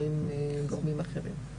או עם גורמים אחרים.